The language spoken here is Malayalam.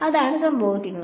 അതാണ് സംഭവിക്കുക